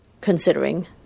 considering